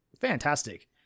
fantastic